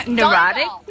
Neurotic